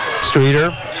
Streeter